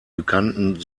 bekannten